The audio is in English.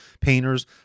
painters